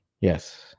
Yes